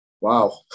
wow